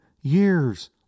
years